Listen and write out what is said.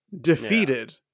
defeated